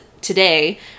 today